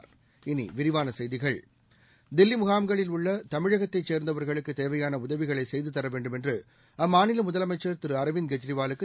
இனி விரிவான செய்திகள் தில்லி முகாம்களில் உள்ள தமிழகத்தை சேர்ந்தவர்களுக்கு தேவையான உதவிகளை செய்து தர வேண்டும் என்று அம்மாநில முதலமைச்சா் திரு அரவிந்த் கெஜ்ரிவாலுக்கு